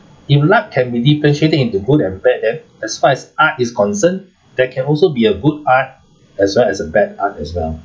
if luck can be differentiating into good and bad then as far as art is concerned there can also be a good art as well as a bad art as well